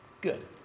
good